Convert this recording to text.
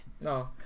no